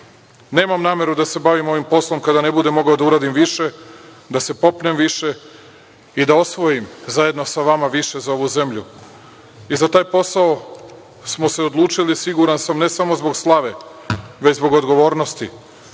Nemam nameru da se bavim ovim poslom kada ne budem mogao da uradim više, da se popnem više i da osvojim zajedno sa vama više za ovu zemlju. Za taj posao smo se odlučili, siguran sam, ne samo zbog slave, već zbog odgovornosti,